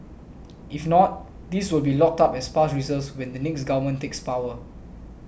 if not these will be locked up as past reserves when the next government takes power